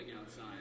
outside